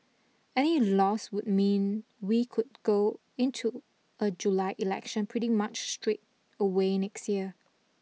any loss would mean we could go into a July election pretty much straight away next year